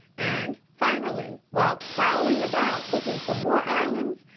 and finally, while prowling about looking for more islands,